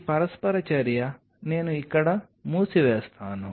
ఈ పరస్పర చర్య నేను ఇక్కడ మూసివేస్తాను